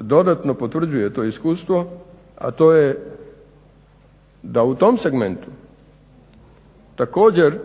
dodatno potvrđuje to iskustvo, a to je da u tom segmentu također